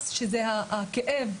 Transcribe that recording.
על הכאב,